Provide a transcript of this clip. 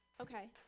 okay